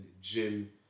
gym